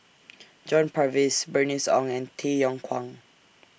John Purvis Bernice Ong and Tay Yong Kwang